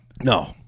No